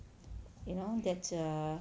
you know that err